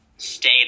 stay